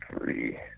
Three